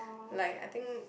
like I think